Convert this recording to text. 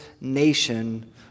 nation